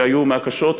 שהיו מהקשות,